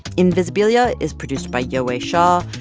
invisibilia is produced by yowei shaw,